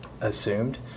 assumed